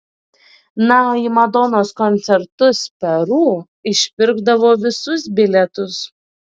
na o į madonos koncertus peru išpirkdavo visus bilietus